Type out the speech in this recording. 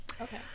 Okay